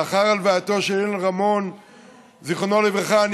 לאחר הלווייתו של אילן רמון זיכרונו לברכה אני